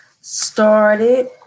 started